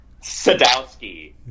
Sadowski